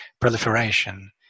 proliferation